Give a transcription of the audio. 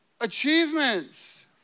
Achievements